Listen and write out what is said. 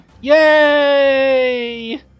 Yay